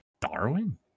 Darwin